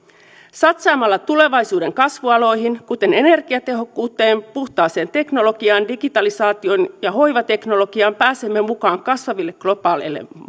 satsaamalla tulevaisuuden kasvualoihin kuten energiatehokkuuteen puhtaaseen teknologiaan digitalisaatioon ja hoivateknologiaan pääsemme mukaan kasvaville globaaleille